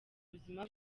ubuzima